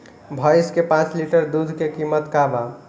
भईस के पांच लीटर दुध के कीमत का बा?